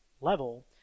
level